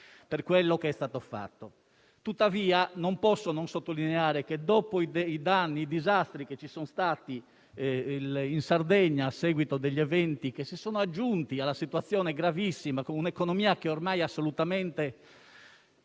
per quello che è stato fatto. Tuttavia non posso non sottolineare che, dopo i disastri che ci sono stati in Sardegna a seguito degli eventi che si sono aggiunti ad una situazione già gravissima, con un'economia ormai assolutamente